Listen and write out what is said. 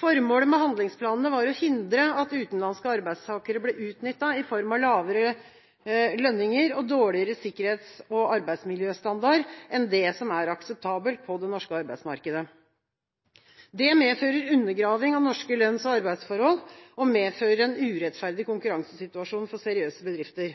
Formålet med handlingsplanene var å hindre at utenlandske arbeidstakere ble utnyttet i form av lavere lønninger og dårligere sikkerhets- og arbeidsmiljøstandard enn det som er akseptabelt på det norske arbeidsmarkedet. Det medfører en undergraving av norske lønns- og arbeidsforhold og en urettferdig konkurransesituasjon for seriøse bedrifter.